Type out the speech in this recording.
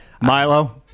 milo